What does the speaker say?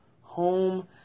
home